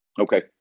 Okay